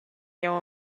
jeu